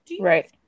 right